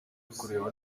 kureba